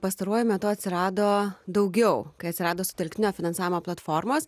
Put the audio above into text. pastaruoju metu atsirado daugiau kai atsirado sutelktinio finansavimo platformos